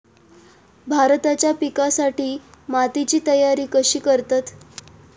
भाताच्या पिकासाठी मातीची तयारी कशी करतत?